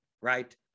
right